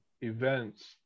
events